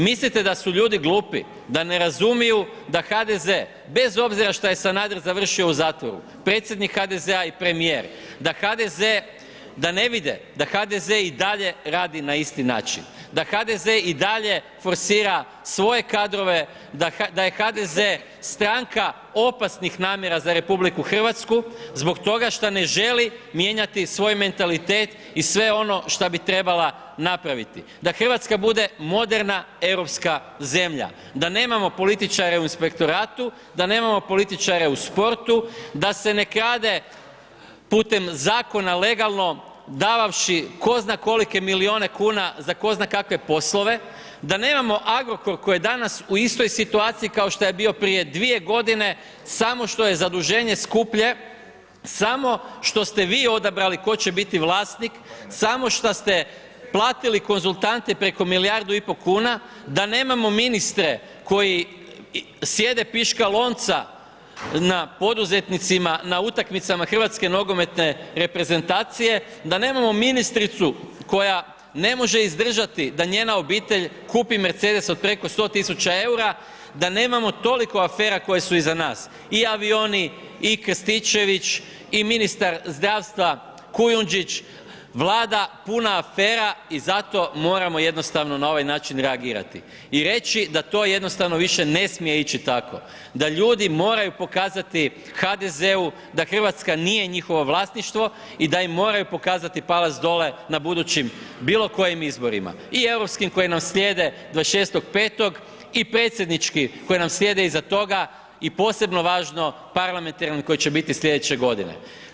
Mislite da su ljudi glupi, da ne razumiju da HDZ bez obzira šta je Sanader završio u zatvoru, predsjednik HDZ-a i premijer, da ne vide da HDZ i dalje radi na isti način, da HDZ i dalje forsira svoje kadrove, da je HDZ stranka opasnih namjera za RH zbog toga šta ne želi mijenjati svoj mentalitet i sve ono šta bi trebala napraviti da RH bude moderna europska zemlja, da nemamo političare i inspektoratu, da nemamo političare u sportu, da se ne krade putem zakona legalno davavši tko zna kolike milijune kuna za tko zna kakve poslove, da nemamo Agrokor koji je danas u istoj situaciji kao što je bio prije dvije godine, samo što je zaduženje skuplje, samo što ste vi odabrali tko će biti vlasnik, samo šta ste platili konzultante preko milijardu i po kuna, da nemamo ministre koji sjede piškalonca na poduzetnicima, na utakmicama Hrvatske nogometne reprezentacije, da nemamo ministricu koja ne može izdržati da njena obitelj kupi Mercedesa od preko 100.000,00 EUR-a, da nemamo toliko afera koji su iza nas, i avioni i Krstičević, i ministar zdravstva Kujundžić, Vlada puna afera i zato moramo jednostavno na ovaj način reagirati i reći da to jednostavno više ne smije ići tako, da ljudi moraju pokazati HDZ-u da RH nije njihovo vlasništvo i da im moraju pokazati palac dole na budućim bilo kojim izborima i europskim koji nam slijede 26.5. i predsjednički koji nam slijede iza toga i posebno važno, parlamentarni koji će biti slijedeće godine.